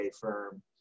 firm